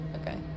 Okay